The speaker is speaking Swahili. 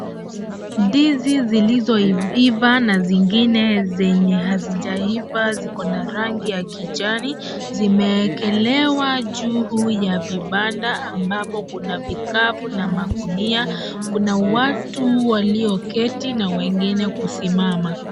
Ndizi zilizo ivaa na zingine zenye hazijaivaa ziko na rangi ya kijani, zimeekelewa juu ya vipanda ambapo kuna vikabu na magunia. Kuna watu walioketi na wengine kusimama.